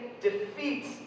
defeats